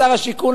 לשר השיכון,